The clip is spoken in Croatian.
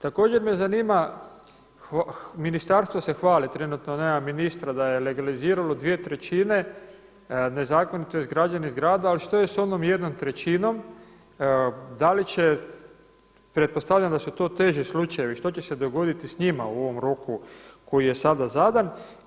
Također me zanima, ministarstvo se hvali, trenutno nema ministra da je legaliziralo dvije trećine nezakonito izgrađenih zgrada ali što je sa onom jednom trećinom, da li će, pretpostavljam da su to teži slučajevi, što će se dogoditi s njima u ovom roku koji je sada zadan.